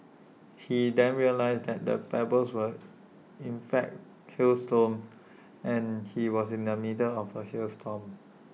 he then realised that the pebbles were in fact hailstones and he was in the middle of A hail storm